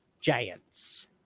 Giants